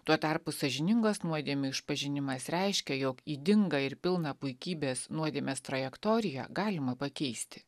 tuo tarpu sąžiningas nuodėmių išpažinimas reiškia jog ydingą ir pilną puikybės nuodėmės trajektoriją galima pakeisti